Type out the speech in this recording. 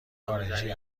خارجی